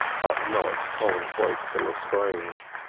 but not commonplace to lestrange.